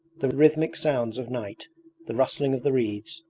the rhythmic sounds of night the rustling of the reeds,